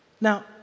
Now